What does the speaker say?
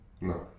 No